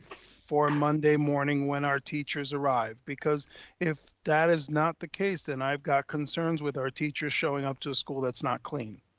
for monday morning when our teachers arrive? because if that is not the case, then i've got concerns with our teachers showing up to a school that's not clean.